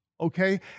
okay